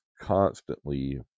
constantly